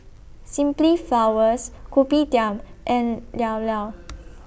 Simply Flowers Kopitiam and Llao Llao